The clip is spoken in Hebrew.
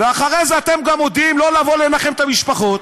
ואחרי זה אתם גם מודיעים לא לבוא לנחם את המשפחות,